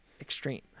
extreme